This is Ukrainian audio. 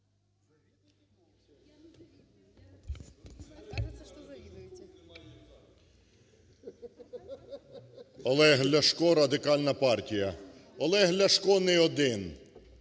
Олег Ляшко, Радикальна партія. Олег Ляшко не один,